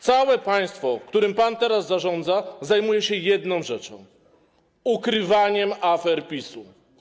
Całe państwo, którym pan teraz zarządza, zajmuje się jedną rzeczą: ukrywaniem afer PiS-u.